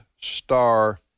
star